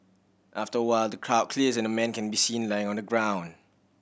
after a while the crowd clears and a man can be seen lying on the ground